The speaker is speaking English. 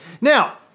Now